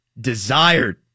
Desired